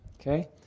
okay